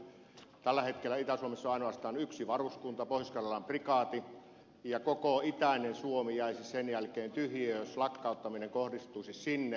tällä hetkellä itä suomessa on ainoastaan yksi varuskunta pohjois karjalan prikaati ja koko itäinen suomi jäisi sen jälkeen tyhjiöön jos lakkauttaminen kohdistuisi sinne